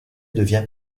devient